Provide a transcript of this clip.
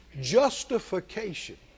justification